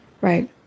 Right